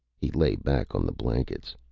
he lay back on the blankets.